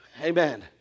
amen